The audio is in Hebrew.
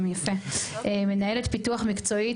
מנהלת פיתוח מקצועי,